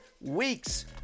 weeks